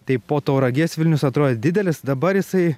tai po tauragės vilnius atrodė didelis dabar jisai